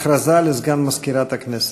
הכרזה לסגן מזכירת הכנסת.